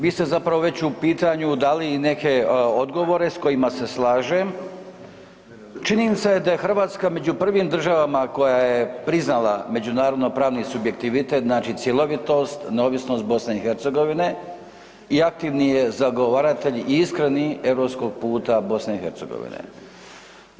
Vi ste zapravo već u pitanju dali i neke odgovore s kojima se slažem, činjenica je da je Hrvatska među prvim državama koja je priznala međunarodno-pravni subjektivitet znači cjelovitost, neovisnost BiH-a i aktivni je zagovaratelj i iskreni, europskog puta BiH-a.